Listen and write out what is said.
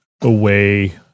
away